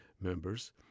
members